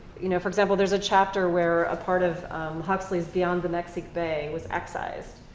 you know, for example, there's a chapter where a part of huxley's beyond the mexique bay was excised.